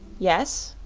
yes,